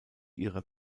ihrer